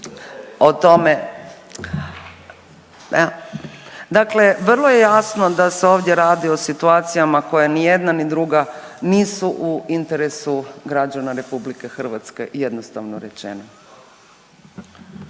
o tome. Dakle, vrlo je jasno da se ovdje radi o situacijama koje ni jedna ni druga nisu u interesu građana Republike Hrvatske jednostavno rečeno.